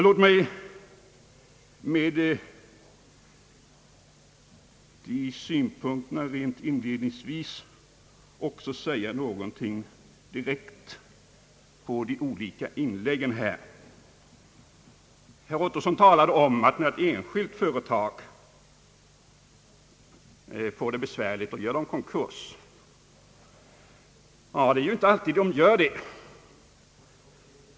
Låt mig efter dessa synpunkter också mer direkt bemöta de olika inläggen här i kammaren. Herr Ottosson talade om att enskilda företag gör konkurs när de får det besvärligt. Det är inte alltid de gör det!